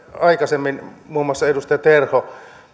aikaisemmin muun muassa edustaja terho